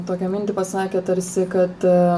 tokią mintį pasakė tarsi kad